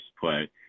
play